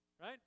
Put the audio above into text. right